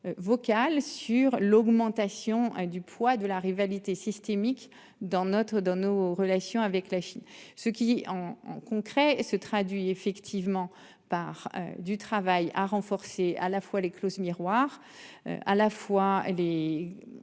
vocale sur l'augmentation du poids de la rivalité systémique dans notre dans nos relations avec la Chine, ce qui en concret et se traduit effectivement par du travail à renforcer à la fois les clauses miroirs. À la fois les